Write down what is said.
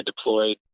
deployed